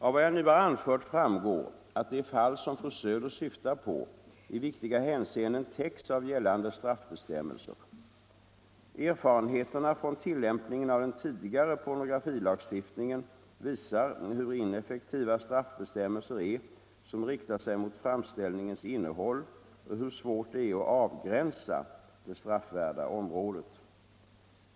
Av vad jag nu har anfört framgår att de fall som fru Söder syftar på i viktiga hänseenden täcks av gällande straffbestämmelser. Erfarenheterna från tillämpningen av den tidigare pornografilagstiftningen visar hur ineffektiva straffbestämmelser är som riktar sig mot framställningens innehåll och hur svårt det är att avgränsa det straffvärda området.